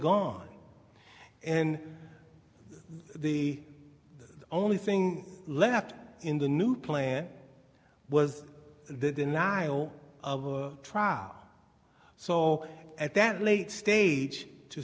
gone and the only thing left in the new plan was the denial of a trial so at that late stage to